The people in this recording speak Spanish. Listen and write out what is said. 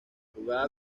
jugaba